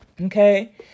okay